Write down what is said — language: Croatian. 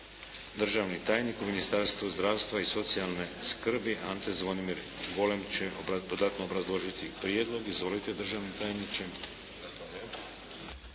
Državni tajnik u Ministarstvu zdravstva i socijalne skrbi Ante Zvonimir Golem će dodatno obrazložiti prijedlog. Izvolite državni tajniče.